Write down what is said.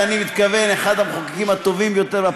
ואני מתכוון שהוא אחד המחוקקים הטובים ביותר,